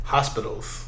Hospitals